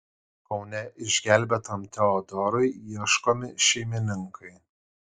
kaune išgelbėtam teodorui ieškomi šeimininkai